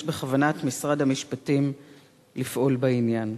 יש בכוונת משרד המשפטים לפעול בעניין?